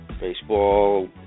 baseball